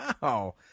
Wow